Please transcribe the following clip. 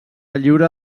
lliure